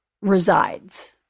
resides